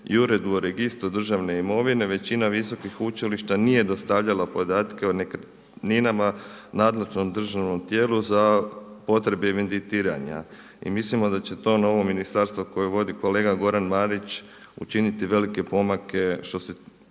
i Uredbu o registru državne imovine većina visokih učilišta nije dostavljala podatke o nekretninama nadležnom državnom tijelu za potrebe evidentiranja. I mislimo da će to novo ministarstvo koje vodi kolega Goran Marić učiniti velike pomake što se